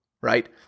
right